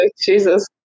Jesus